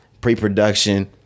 pre-production